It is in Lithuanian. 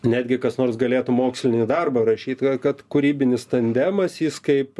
netgi kas nors galėtų mokslinį darbą rašyt kad kūrybinis tandemas jis kaip